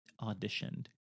auditioned